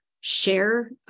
share